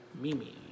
Mimi